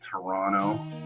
Toronto